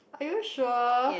are you sure